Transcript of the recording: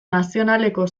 nazionaleko